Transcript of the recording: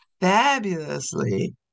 Fabulously